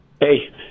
Hey